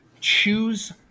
Choose